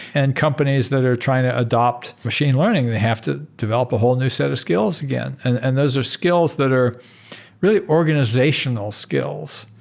and companies that are trying to adapt machine learning, they have to develop a whole new set of skills again, and and those are skills that are really organizational skills.